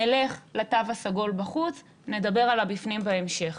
נלך לתו הסגול בחוץ, נדבר על הבפנים בהמשך.